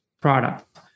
product